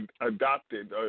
adopted